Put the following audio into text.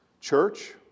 Church